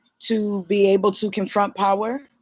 to be able to confront power.